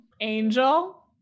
angel